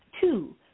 Two